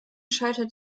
scheitert